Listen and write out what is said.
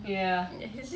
ya